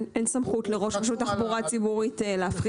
אין סמכות לראש רשות תחבורה ציבורית להפחית אגרה.